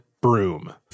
broom